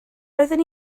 roeddwn